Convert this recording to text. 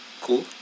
cool